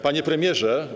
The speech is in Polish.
Panie Premierze!